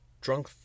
Drunk